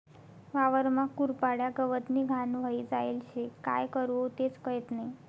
वावरमा कुरपाड्या, गवतनी घाण व्हयी जायेल शे, काय करवो तेच कयत नही?